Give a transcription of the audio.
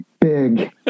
big